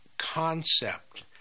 concept